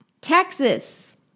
Texas